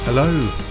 Hello